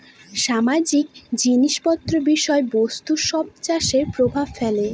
সামাজিক জিনিস পত্র বিষয় বস্তু সব চাষে প্রভাব ফেলে